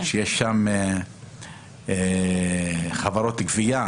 שיש שם חברות גבייה,